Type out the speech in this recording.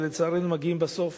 ולצערנו בסוף